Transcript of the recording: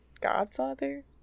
godfather